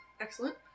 Excellent